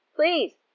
please